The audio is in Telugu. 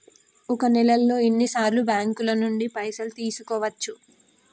ఒక నెలలో ఎన్ని సార్లు బ్యాంకుల నుండి పైసలు తీసుకోవచ్చు?